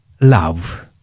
love